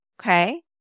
Okay